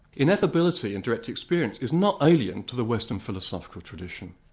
ineffability and direct experience is not alien to the western philosophical tradition.